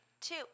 two